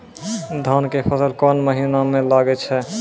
धान के फसल कोन महिना म लागे छै?